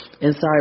inside